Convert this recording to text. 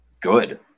good